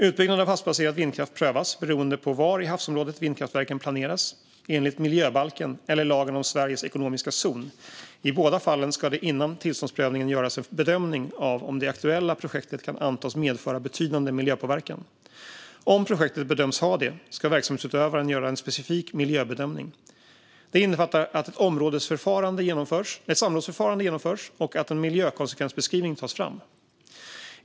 Utbyggnad av havsbaserad vindkraft prövas, beroende på var i havsområdet vindkraftverken planeras, enligt miljöbalken eller lagen om Sveriges ekonomiska zon. I båda fallen ska det innan tillståndsprövningen göras en bedömning av om det aktuella projektet kan antas medföra betydande miljöpåverkan. Om projektet bedöms medföra det ska verksamhetsutövaren göra en specifik miljöbedömning. Det innefattar att ett samrådsförfarande genomförs och att en miljökonsekvensbeskrivning tas fram.